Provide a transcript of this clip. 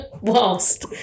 whilst